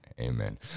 Amen